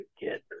get